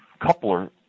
coupler